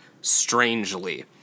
strangely